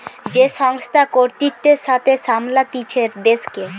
যে সংস্থা কর্তৃত্বের সাথে সামলাতিছে দেশকে